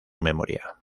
memoria